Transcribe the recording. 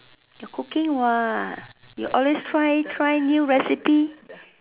your cooking what you always try try new recipe